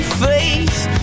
face